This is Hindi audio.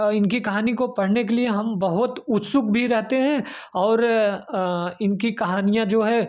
इनकी कहानी को पढ़ने के लिए हम बहुत उत्सुक भी रहते हैं और इनकी कहानियाँ जो है